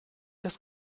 das